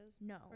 No